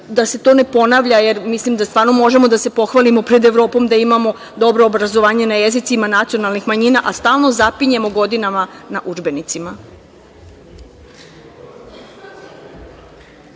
da se to ne ponavlja, jer mislim da stvarno možemo da se pohvalimo pred Evropom da imamo dobro obrazovanje na jezicima nacionalnih manjina, a stalno zapinjemo godinama na udžbenicima.